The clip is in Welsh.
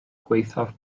gwaethaf